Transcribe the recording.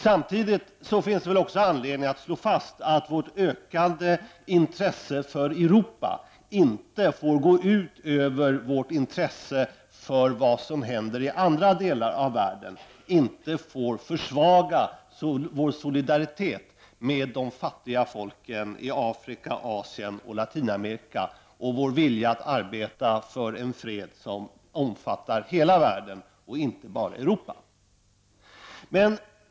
Samtidigt finns det väl också anledning att slå fast att vårt ökade intresse för Europa inte får gå ut över vårt intresse för vad som händer i andra delar av världen och inte får försvaga vår solidaritet med de fattiga folken i Afrika, Asien och Latinamerika och vår vilja att arbeta för en fred som omfattar hela världen och inte bara Europa.